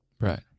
Right